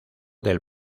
del